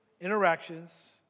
interactions